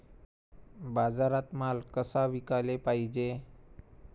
बाजारात माल कसा विकाले पायजे?